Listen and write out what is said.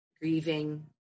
grieving